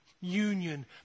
union